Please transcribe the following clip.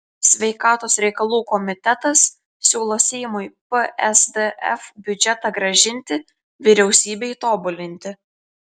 sveikatos reikalų komitetas siūlo seimui psdf biudžetą grąžinti vyriausybei tobulinti